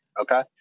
okay